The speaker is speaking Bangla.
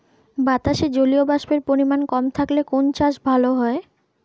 বাতাসে জলীয়বাষ্পের পরিমাণ কম থাকলে কোন চাষ ভালো হয়?